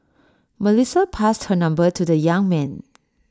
Melissa passed her number to the young man